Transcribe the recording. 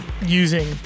using